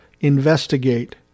investigate